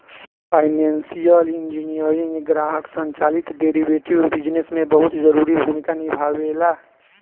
financial engineering ग्राहक संचालित derivative business में बहुत जरूरी भूमिका निभावेला